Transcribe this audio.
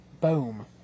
Boom